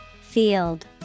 Field